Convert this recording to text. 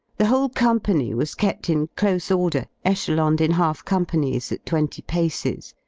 the whole company was kept in close order, echeloned in half-com panies at twenty paces,